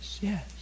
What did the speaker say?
yes